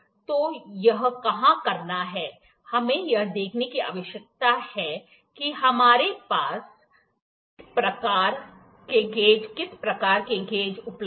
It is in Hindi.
तो यह कहाँ करना है हमें यह देखने की आवश्यकता है कि हमारे पास किस प्रकार के स्लिप गेज उपलब्ध हैं किस प्रकार के गेज उपलब्ध हैं